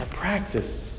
practice